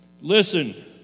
Listen